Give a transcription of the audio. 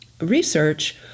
research